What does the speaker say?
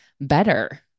better